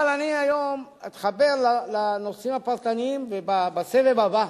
אבל אני היום אתחבר לנושאים הפרטניים, ובסבב הבא